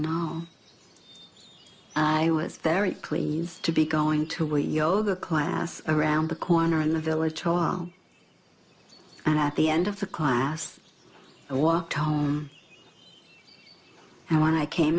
ninth i was very pleased to be going to way yoga class around the corner in the village and at the end of the class i walked home and when i came